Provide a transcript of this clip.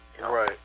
Right